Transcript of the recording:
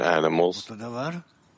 animals